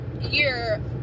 year